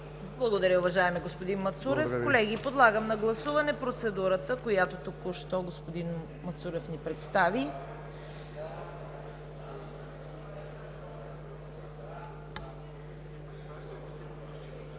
Благодаря, уважаеми господин Мацурев. Колеги, подлагам на гласуване процедурата, която току-що господин Мацурев ни представи.